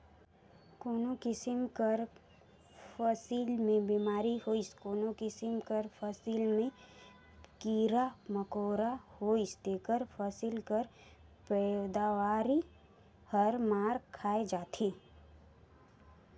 कोनो किसिम कर फसिल में बेमारी होइस कोनो किसिम कर फसिल में कीरा मकोरा होइस तेकर फसिल कर पएदावारी हर मार खाए जाथे